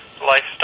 lifestyle